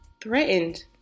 threatened